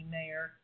Mayor